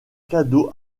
cadeau